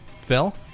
Phil